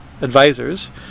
advisors